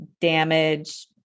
damage